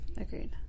Agreed